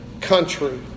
country